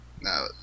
No